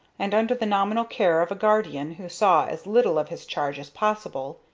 and, under the nominal care of a guardian who saw as little of his charge as possible,